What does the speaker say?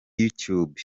youtube